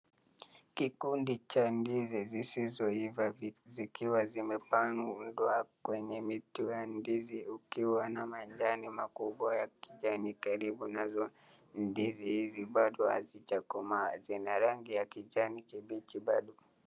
Kikundi cha ndizi zisizoiva zikiwa zimepandwa kwenye miti wa ndizi ukiwa na majani makubwa ya kijani karibu nazo, ndizi hizi bado hazijakomaa, zina rangi ya kijani kibichi bado.